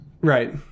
right